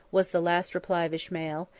was the last reply of ismael,